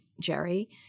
Jerry